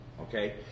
Okay